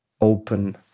open